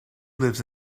lives